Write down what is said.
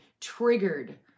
triggered